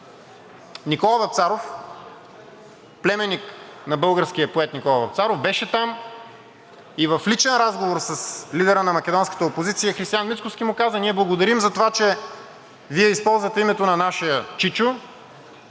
Никола Вапцаров, племенник на българския поет Никола Вапцаров, беше там и в личен разговор с лидера на македонската опозиция – Християн Мицкоски, му каза: „Ние благодарим за това че Вие използвате името на нашия чичо